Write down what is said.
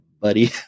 buddy